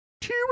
Two